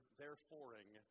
thereforeing